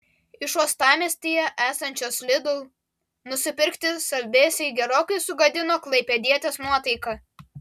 iš uostamiestyje esančios lidl nusipirkti saldėsiai gerokai sugadino klaipėdietės nuotaiką